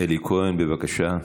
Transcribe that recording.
אלי כהן, בבקשה.